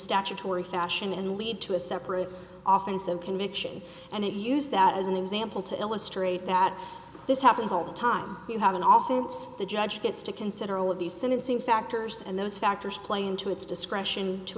statutory fashion and lead to a separate office of conviction and if you use that as an example to illustrate that this happens all the time you have an offer the judge gets to consider all of these sentencing factors and those factors play into its discretion to